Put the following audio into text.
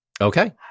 Okay